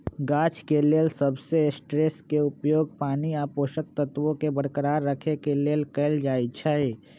गाछ के लेल सबस्ट्रेट्सके उपयोग पानी आ पोषक तत्वोंके बरकरार रखेके लेल कएल जाइ छइ